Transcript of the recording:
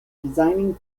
designing